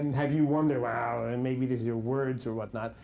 have you wonder wow, and maybe it is your words or whatnot.